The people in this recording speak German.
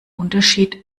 unterschied